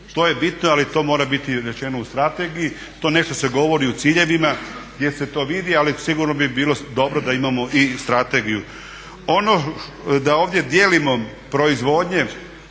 To je bitno, ali to mora biti rečeno u strategiji. To nešto se govori u ciljevima gdje se to vidi, ali sigurno bi bilo dobro da imamo i strategiju. Ono da ovdje dijelimo proizvodnje